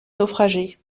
naufragés